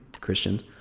Christians